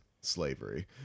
slavery